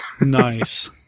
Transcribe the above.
Nice